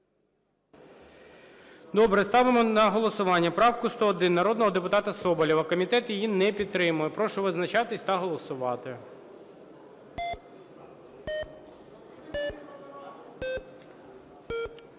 Добре. Ставимо на голосування правку 101 народного депутата Соболєва. Комітет її не підтримує. Прошу визначатися та голосувати.